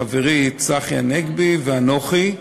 חברי צחי הנגבי ואנוכי.